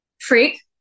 Freak